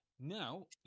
now